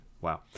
wow